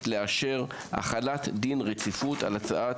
לאשר החלת דין רציפות על הצעת החוק.